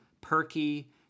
perky